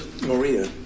Maria